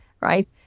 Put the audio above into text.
right